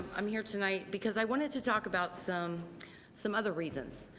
i'm here tonight because i wanted to talk about some some other reasons.